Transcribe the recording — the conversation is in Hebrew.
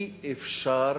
אי אפשר